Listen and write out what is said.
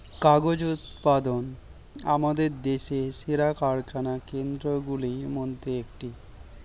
কাগজ উৎপাদন আমাদের দেশের সেরা কারখানা কেন্দ্রগুলির মধ্যে একটি